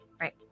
right